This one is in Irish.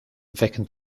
bhfeiceann